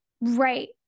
Right